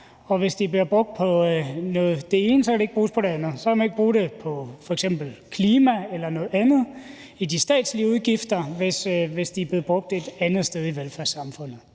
og hvis de bliver brugt på det ene, kan de ikke bruges på det andet. Så kan man ikke bruge dem på f.eks. klima eller noget andet under de statslige udgifter, hvis de er blevet brugt et andet sted i velfærdssamfundet.